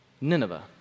Nineveh